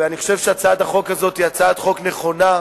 ואני חושב שהצעת החוק הזאת היא הצעת חוק נכונה,